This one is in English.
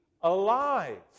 alive